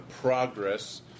progress